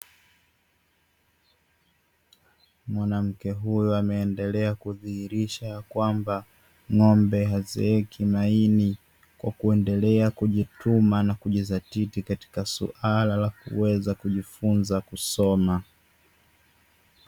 Mwanamke huyo ameendelea kudhihirisha kwamba ng'ombe hazeeki maini kwa kuendelea kujituma na kujizatiti katika suala la kuweza kujifunza kusoma.